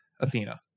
Athena